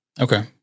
Okay